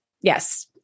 yes